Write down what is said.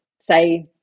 say